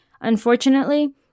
Unfortunately